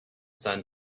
sun